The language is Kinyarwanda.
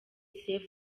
saint